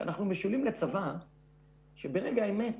שאנחנו משולים לצבא שברגע האמת,